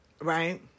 right